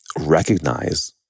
recognize